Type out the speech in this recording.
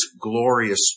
glorious